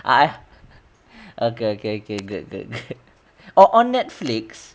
I okay okay okay good good oh on netflix